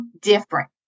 different